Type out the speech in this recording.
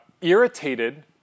irritated